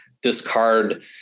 discard